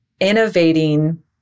innovating